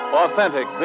authentic